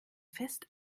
fest